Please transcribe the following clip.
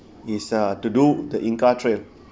is uh to do the inca trail